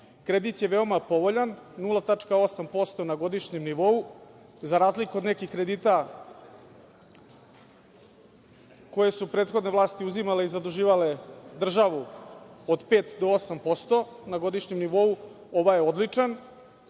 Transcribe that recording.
Kredit je veoma povoljan 0,8% na godišnjem nivou, za razliku od nekih kredita koje su prethodne vlasti uzimale i zaduživale državu od pet do osam posto na godišnjem nivou. Ovaj je odličan.